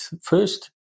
first